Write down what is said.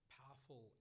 powerful